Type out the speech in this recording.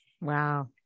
Wow